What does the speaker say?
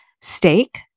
steak